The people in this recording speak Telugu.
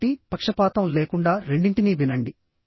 కాబట్టి పక్షపాతం లేకుండా రెండింటినీ వినండి